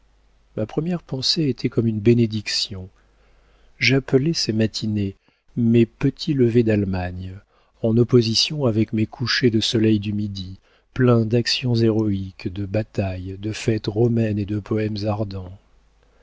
ma première pensée était comme une bénédiction j'appelais ces matinées mes petits levers d'allemagne en opposition avec mes couchers de soleil du midi pleins d'actions héroïques de batailles de fêtes romaines et de poëmes ardents